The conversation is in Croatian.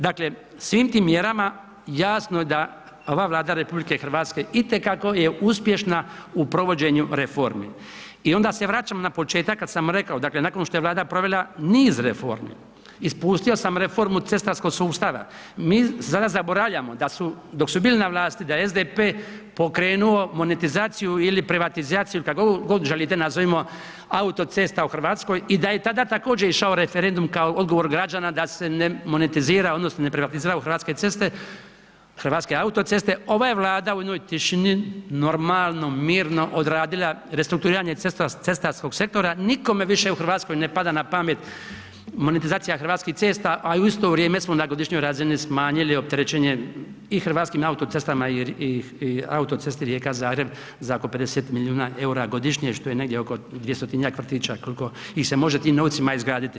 Dakle svim tim mjerama jasno je da ova Vlada RH itekako je uspješna u provođenju reformi i onda se vraćamo na početak kad sam rekao, dakle nakon što je Vlada provela niz reformi, ispustio sam reformu cestarskog sustava, mi sada zaboravljamo dok su bili na vlasti, da je SDP pokrenuo monetizaciju ili privatizaciju, kako god želite nazovimo, autocesta u Hrvatskoj i da je tada također išao referendum kao odgovor građana da se ne monetizira odnosno ne privatizira u Hrvatske autoceste, ova je Vlada u jednoj tišini, normalno, mirno odradila restrukturiranje cestarskog sektora, nikome više u Hrvatskoj ne pada na pamet monetizacija Hrvatskih cesta a i u isto vrijeme smo na godišnjoj razini smanjili opterećenje i Hrvatskim autocestama i Autocesti Rijeka-Zagreb za oko 50 milijuna eura godišnje što je negdje oko 200 vrtića koliko ih se može tim novcima izgraditi.